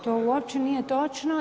To uopće nije točno.